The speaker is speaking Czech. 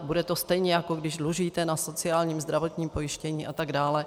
Bude to stejně, jako když dlužíte na sociálním, zdravotním pojištění a tak dále.